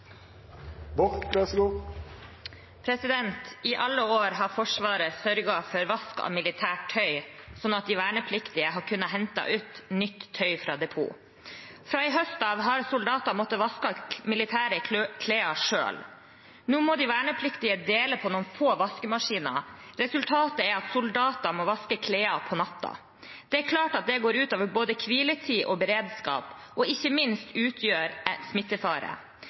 alle år har Forsvaret sørget for vask av militært tøy, slik at de vernepliktige har kunnet hente ut nytt tøy fra depot. Fra i høst har soldater måttet vaske militære klær selv. Nå må de vernepliktige dele på noen få vaskemaskiner. Resultatet er at soldatene må vaske klær på natten. Det er klart at dette går ut over hviletid og beredskap, og ikke minst utgjør smittefare.